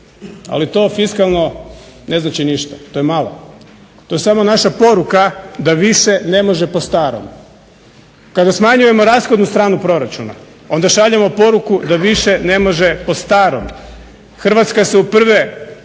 Ali to fiskalno ne znači ništa, to je malo, to je samo naša poruka da više ne može po starom. Kada smanjujemo rashodnu stranu proračuna onda šaljemo poruku da više ne može po starom. Hrvatska se u prve